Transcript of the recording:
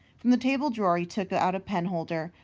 from the table drawer he took ah out a penholder,